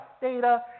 data